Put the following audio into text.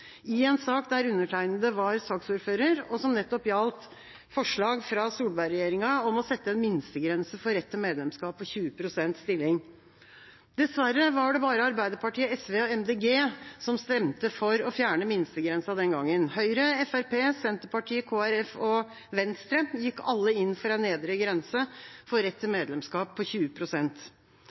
i en sak undertegnede var saksordfører for, og som gjaldt forslag fra Solberg-regjeringa om å sette en minstegrense for rett til medlemskap på 20 pst. stilling. Dessverre var det bare Arbeiderpartiet, SV og Miljøpartiet De Grønne som stemte for å fjerne minstegrensa den gangen. Høyre, Fremskrittspartiet, Senterpartiet, Kristelig Folkeparti og Venstre gikk alle inn for en nedre grense for rett til medlemskap på